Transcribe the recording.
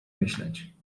myśleć